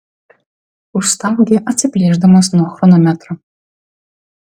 užstaugė atsiplėšdamas nuo chronometro